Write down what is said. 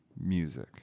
music